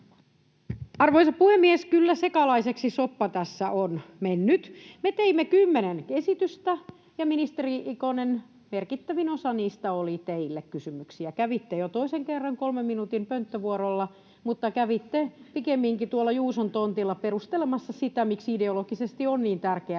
Arvoisa puhemies! Kyllä sekalaiseksi soppa on tässä mennyt. Me teimme kymmenen esitystä, ja, ministeri Ikonen, merkittävin osa niistä kysymyksistä oli teille. Kävitte jo toisen kerran kolmen minuutin pönttövuorolla, mutta kävitte pikemminkin tuolla Juuson tontilla perustelemassa sitä, miksi ideologisesti on niin tärkeää,